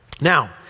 Now